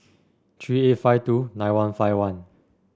three eight five two nine one five one